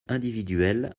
individuel